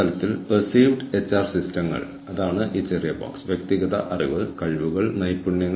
മത്സരാധിഷ്ഠിത നേട്ടത്തെക്കുറിച്ചാണ് നമ്മൾ സംസാരിക്കുന്നത് അവരെ മറികടക്കുന്നതിനെക്കുറിച്ചല്ല